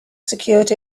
secured